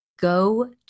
Go